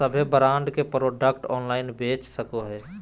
सभे ब्रांड के product online बेच सको हइ